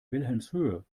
wilhelmshöhe